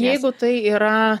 jeigu tai yra